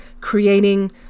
creating